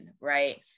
right